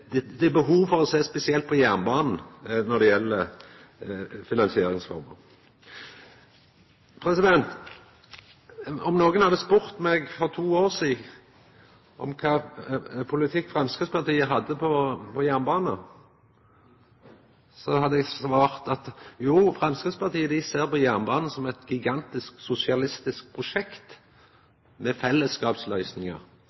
så det er behov for å sjå spesielt på jernbanen når det gjeld finansieringsform. Om nokon hadde spurt meg for to år sidan om kva politikk Framstegspartiet hadde med omsyn til jernbanen, så hadde eg svart at jo, Framstegspartiet ser på jernbanen som eit gigantisk sosialistisk